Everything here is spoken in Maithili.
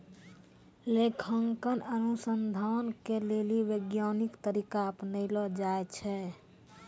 लेखांकन अनुसन्धान के लेली वैज्ञानिक तरीका अपनैलो जाय छै